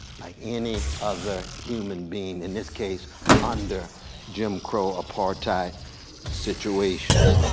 like any other human being, in this case under jim crow apartheid situations.